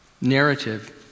narrative